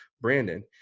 Brandon